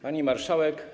Pani Marszałek!